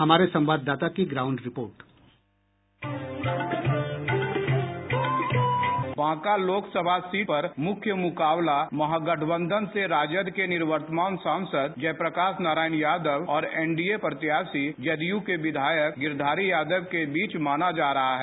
हमारे संवाददाता की ground report dispatch Banka Lok Sabha seat पर मुख्य मुकाबला महागठबंधन से राजद के निवर्तमान सांसद जयप्रकाश नारायण यादव और एनडीए प्रत्याशी जद यू के विधायक गिरिधारी यादव के बीच माना जा रहा है